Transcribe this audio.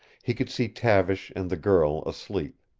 he could see tavish and the girl asleep.